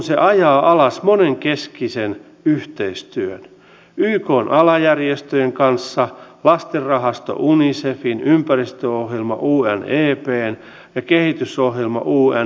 edustajat juhantalo hautala hoskonen östman ja elo ehkä eräät muutkin kysyivät viennin edistämisestä ja erityisesti idän suunnasta varsinkin venäjästä